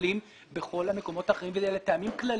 שוקלים בכל המקומות האחרים ואלה טעמים כלליים.